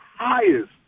highest